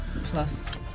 plus